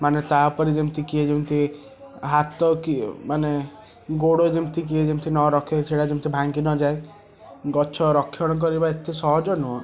ମାନେ ତା'ଉପରେ ଯେମିତି କିଏ ଯେମିତି ହାତ କି ମାନେ ଗୋଡ଼ ଯେମିତି କିଏ ଯେମିତି ନରଖେ ସେଇଟା ଯେମତି ଭାଙ୍ଗିନଯାଏ ଗଛ ରକ୍ଷଣ କରିବା ଏତେ ସହଜ ନୁହେଁ